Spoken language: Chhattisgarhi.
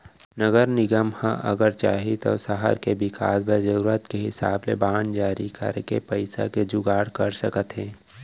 नगर निगम ह अगर चाही तौ सहर के बिकास बर जरूरत के हिसाब ले बांड जारी करके पइसा के जुगाड़ कर सकत हे